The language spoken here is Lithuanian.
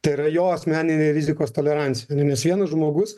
tai yra jo asmeninė rizikos tolerancija nes vienas žmogus